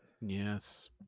Yes